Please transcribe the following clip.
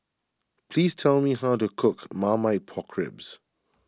please tell me how to cook Marmite Pork Ribs